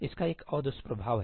इसका एक और दुष्प्रभाव है